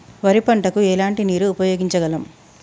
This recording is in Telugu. వరి పంట కు ఎలాంటి నీరు ఉపయోగించగలం?